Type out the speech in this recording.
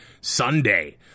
Sunday